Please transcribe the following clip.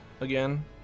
again